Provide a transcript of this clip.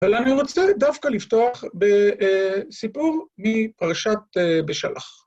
אבל אני רוצה דווקא לפתוח ב.. בסיפור מפרשת בשלח.